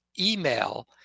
email